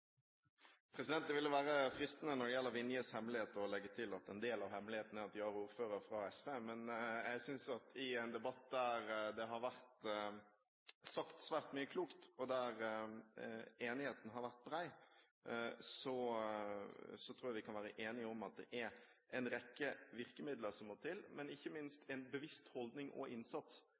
at de har ordfører fra SV. I en debatt der det har vært sagt svært mye klokt, og der enigheten har vært bred, tror jeg vi kan være enige om at det må til en rekke virkemidler, men ikke minst må det til en bevisst holdning og innsats